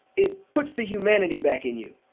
it puts the humanity back in you.